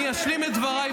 אני אשלים את דבריי,